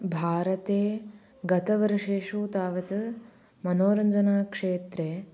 भारते गतवर्षेषु तावत् मनोरञ्जनक्षेत्रे